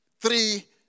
three